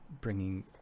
bringing